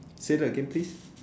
say that again please